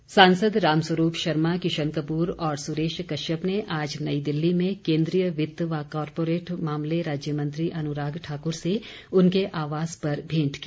भेंट सांसद राम स्वरूप शर्मा किशन कपूर और सुरेश कश्यप ने आज नई दिल्ली में केन्द्रीय वित्त व कॉरपोरेट मामले राज्य मंत्री अनुराग ठाकुर से उनके आवास पर भेंट की